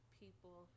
people